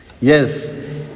Yes